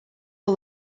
all